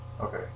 Okay